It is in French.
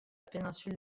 péninsule